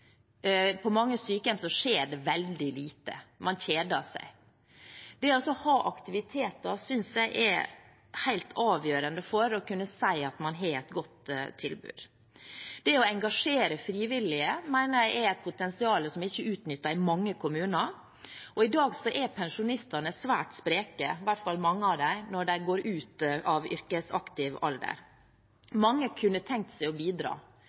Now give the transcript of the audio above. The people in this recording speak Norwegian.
ha aktiviteter synes jeg er helt avgjørende for å kunne si at man har et godt tilbud. Det å engasjere frivillige mener jeg er et potensial som ikke er utnyttet i mange kommuner, og i dag er pensjonistene, i hvert fall mange av dem, svært spreke når de går ut av yrkeslivet. Mange kunne tenkt seg å bidra.